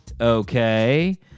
okay